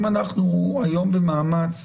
אם אנחנו היום במאמץ